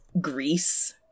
Greece